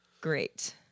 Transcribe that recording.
great